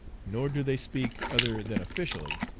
nor do they speak other than officially,